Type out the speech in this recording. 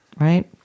right